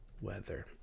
Weather